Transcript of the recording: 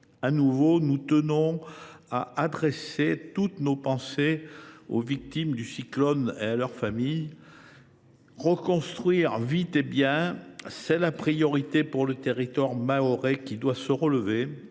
De nouveau, nous tenons à adresser toutes nos pensées aux victimes du cyclone et à leurs familles. Reconstruire, vite et bien, c’est la priorité pour le territoire mahorais, qui doit se relever.